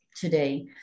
Today